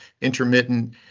intermittent